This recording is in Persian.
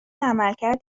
عملکرد